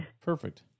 Perfect